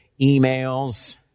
emails